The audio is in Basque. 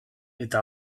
eta